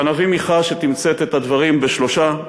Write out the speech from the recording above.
והנביא מיכה שתמצת את הדברים בשלושה: